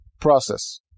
process